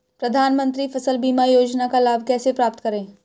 प्रधानमंत्री फसल बीमा योजना का लाभ कैसे प्राप्त करें?